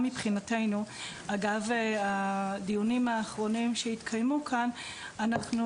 אגב הדיונים האחרונים שהתקיימו כאן עלינו על תקלה מבחינתנו.